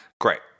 Great